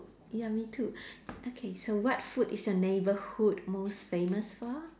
ya me too okay so what food is your neighborhood most famous for